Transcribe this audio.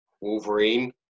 Wolverine